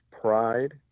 pride